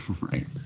Right